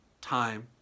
time